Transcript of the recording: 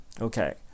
Okay